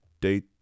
date